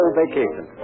vacation